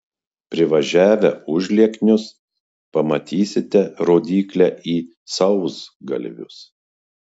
privažiavę užlieknius pamatysite rodyklę į sausgalvius